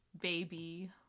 baby